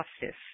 justice